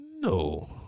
No